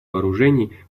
вооружений